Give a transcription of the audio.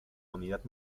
unidad